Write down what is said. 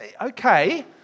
Okay